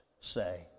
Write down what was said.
say